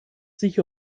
sich